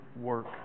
work